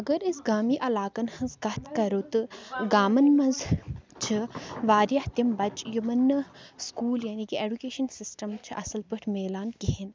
اگر أسۍ گامی علاقن ہِنٛز کَتھ کَرو تہٕ گامَن منٛز چھِ وارِیاہ تِم بَچہِ یِمَن نہٕ سکوٗل یعنے کہِ اٮ۪ڈُکیشَن سِسٹَم چھِ اَصٕل پٲٹھۍ مِلان کِہیٖنۍ